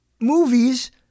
movies